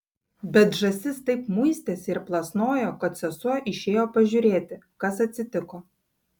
bet žąsis taip muistėsi ir plasnojo kad sesuo išėjo pažiūrėti kas atsitiko